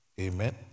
amen